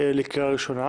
לקריאה ראשונה.